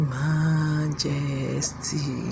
majesty